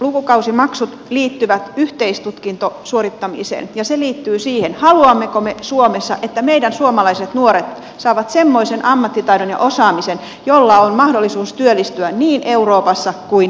lukukausimaksut liittyvät yhteistutkinnon suorittamiseen ja se liittyy siihen haluammeko me suomessa että meidän suomalaiset nuoret saavat semmoisen ammattitaidon ja osaamisen jolla on mahdollisuus työllistyä niin euroopassa kuin aasiassa